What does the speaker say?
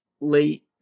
late